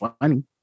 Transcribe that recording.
funny